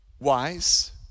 wise